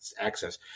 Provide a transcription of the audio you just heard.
access